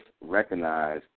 recognize